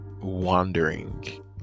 wandering